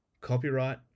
Copyright